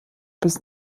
bis